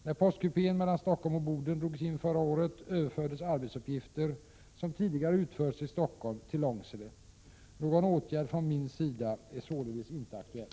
När postkupén mellan Stockholm och Boden drogs in förra året, överfördes arbetsuppgifter som tidigare utförts i Stockholm till Långsele. Någon åtgärd från min sida är således inte aktuell.